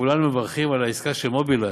כולנו מברכים על העסקה של "מובילאיי",